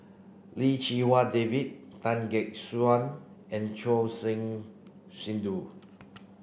Lim Chee Wai David Tan Gek Suan and Choor Singh Sidhu